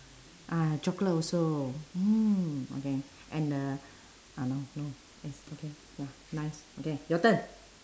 ah chocolate also mm okay and the uh no no it's okay ya nice okay your turn